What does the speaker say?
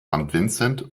vincent